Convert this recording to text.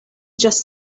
just